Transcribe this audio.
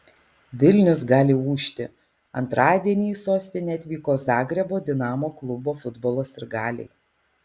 vilnius gali ūžti antradienį į sostinę atvyko zagrebo dinamo klubo futbolo sirgaliai